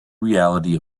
reality